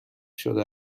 شده